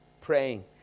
praying